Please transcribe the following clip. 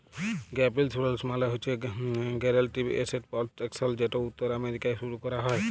gap insurance মালে হছে guaranteed asset protection যেট উত্তর আমেরিকায় শুরু ক্যরা হ্যয়